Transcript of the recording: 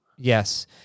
Yes